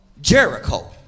Jericho